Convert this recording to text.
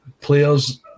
players